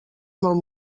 molt